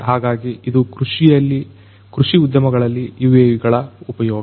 ಹಾಗಾಗಿ ಇದು ಕೃಷಿ ಉದ್ಯಮಗಳಲ್ಲಿ UAVಗಳ ಉಪಯೋಗ